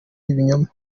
ibinyoma